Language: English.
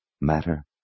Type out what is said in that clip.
matter